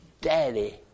daddy